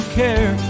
care